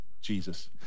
Jesus